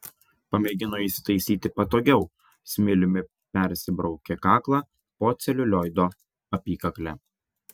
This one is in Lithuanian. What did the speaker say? pamėgino įsitaisyti patogiau smiliumi persibraukė kaklą po celiulioido apykakle